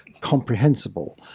comprehensible